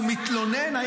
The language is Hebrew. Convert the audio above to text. והוא מתלונן -- שעה?